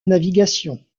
navigation